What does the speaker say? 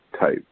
type